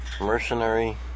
Mercenary